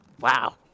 wow